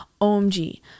OMG